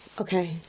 okay